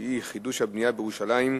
שמספרן 3849,